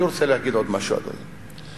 אני רוצה להגיד עוד משהו, אדוני.